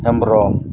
ᱦᱮᱢᱵᱚᱨᱚᱢ